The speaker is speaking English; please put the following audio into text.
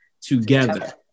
together